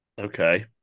Okay